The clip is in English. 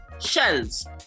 shells